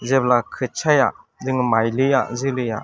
जेब्ला खोथियाया जों मायलिया जोलैया